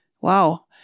Wow